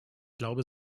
glaube